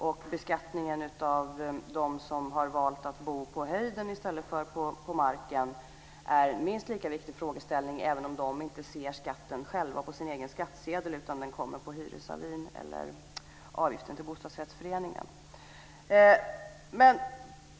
Och beskattningen av dem som har valt att bo på höjden i stället för på marken är en minst lika viktig frågeställning, även om de inte ser skatten själva på sin egen skattsedel utan på hyresavin eller på avgiftsavin till bostadsrättsföreningen.